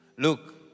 Look